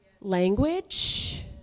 language